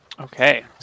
Okay